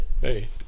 Hey